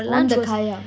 on the kayak